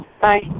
Bye